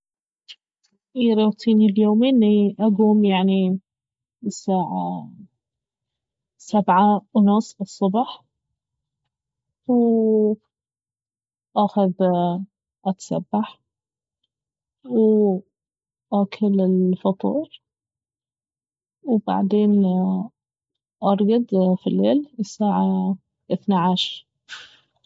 روتيني اليومي اني أقوم يعني الساعة سبعة ونص الصبح و اخذ اتسبح و اكل الفطور وبعدين ارقد في الليل الساعة اثنا عشر